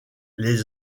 les